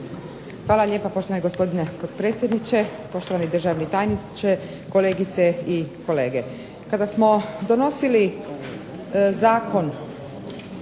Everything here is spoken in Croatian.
Hvala lijepo poštovani gospodine potpredsjedniče, poštovani državni tajniče, kolegice i kolege. Kada smo donosili Zakon